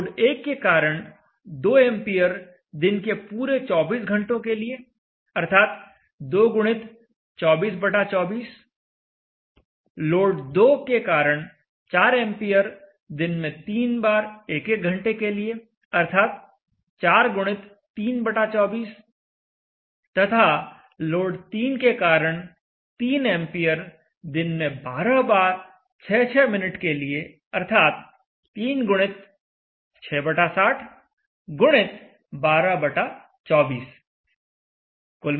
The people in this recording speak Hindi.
लोड 1 के कारण 2 एंपियर दिन के पूरे 24 घंटों के लिए अर्थात 2 x 2424 लोड 2 के कारण 4 एंपियर दिन में 3 बार 1 1 घंटे के लिए अर्थात 4 x 324 तथा लोड 3 के कारण 3 एंपियर दिन में 12 बार 6 6 मिनट के लिए अर्थात 3 x 660 x 1224